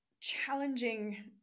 challenging